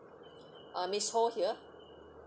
uh miss ho here